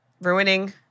Ruining